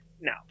No